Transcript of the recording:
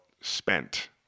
spent